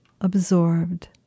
absorbed